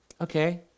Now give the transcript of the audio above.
okay